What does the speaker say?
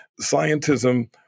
scientism